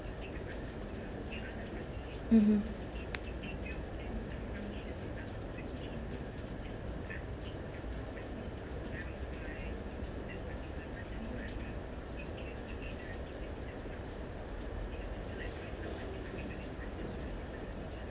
mmhmm